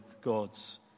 God's